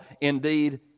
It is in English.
Indeed